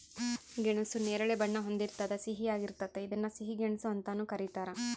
ಗೆಣಸು ನೇರಳೆ ಬಣ್ಣ ಹೊಂದಿರ್ತದ ಸಿಹಿಯಾಗಿರ್ತತೆ ಇದನ್ನ ಸಿಹಿ ಗೆಣಸು ಅಂತಾನೂ ಕರೀತಾರ